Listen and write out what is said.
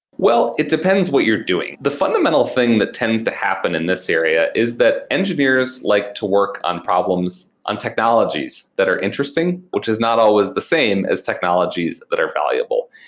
well, it depends what you're doing. the fundamental thing that tends to happen in this area is that engineers like to work on problems on technologies that are interesting, which is not always the same as technologies that are valuable.